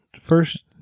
first